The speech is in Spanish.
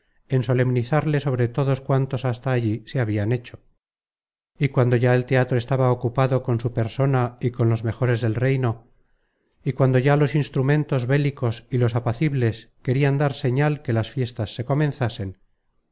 en solemnizarle sobre todos cuantos hasta allí se persona y con los mejores del reino y cuando ya los instrumentos bélicos y los apacibles querian dar señal que las fiestas se comenzasen